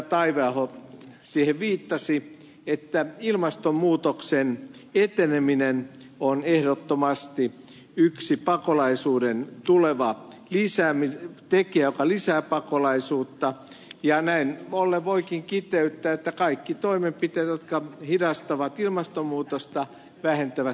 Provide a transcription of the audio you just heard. taiveaho siihen viittasi että ilmastonmuutoksen eteneminen on ehdottomasti yksi tekijä joka lisää pakolaisuutta ja näin ollen voikin kiteyttää että kaikki toimenpiteet jotka hidastavat ilmastonmuutosta vähentävät